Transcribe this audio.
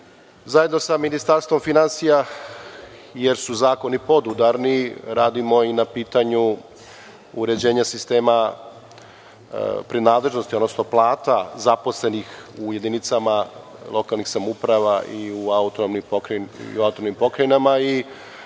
zajedno sa Ministarstvom finansija, jer su zakoni podudarni, radimo i na pitanju uređenja sistema prinadležnosti, odnosno plata zaposlenih u jedinicama lokalnih samouprava i u AP i verujem da ćemo